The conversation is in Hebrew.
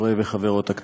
חברי וחברות הכנסת,